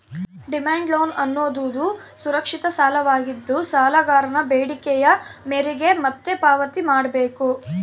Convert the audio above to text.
demand loan ಅನ್ನೋದುದು ಸುರಕ್ಷಿತ ಸಾಲವಾಗಿದ್ದು, ಸಾಲಗಾರನ ಬೇಡಿಕೆಯ ಮೇರೆಗೆ ಮತ್ತೆ ಪಾವತಿ ಮಾಡ್ಬೇಕು